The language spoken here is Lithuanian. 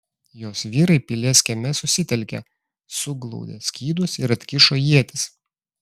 jos vyrai pilies kieme susitelkė suglaudė skydus ir atkišo ietis